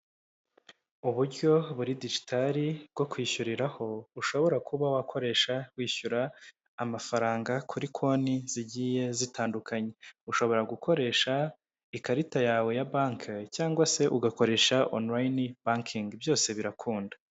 Uburyo buri dijitari bwo kwishyuriraho, ushobora kuba wakoresha wishyura amafaranga kuri konti zigiye zitandukanye. Ushobora gukoresha ikarita yawe ya Banke, cyangwa se ugakoresha Online Banking. Byose birakunda.